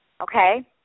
okay